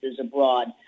abroad